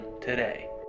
today